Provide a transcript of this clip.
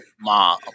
mom